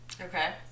Okay